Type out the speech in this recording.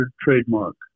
trademark